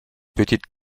petite